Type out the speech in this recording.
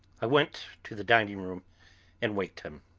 i went to the dining-room and waked him.